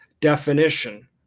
definition